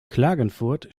klagenfurt